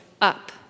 up